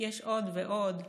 כי יש עוד ועוד משרדים,